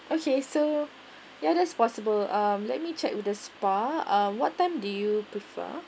okay so ya that's possible um let me check with the spa um what time do you prefer